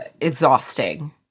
exhausting